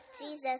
Jesus